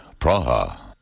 Praha